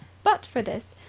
but for this,